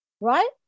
right